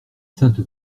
sainte